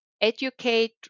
educate